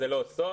זה לא סוד,